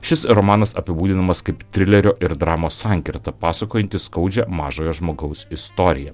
šis romanas apibūdinamas kaip trilerio ir dramos sankirta pasakojanti skaudžią mažojo žmogaus istoriją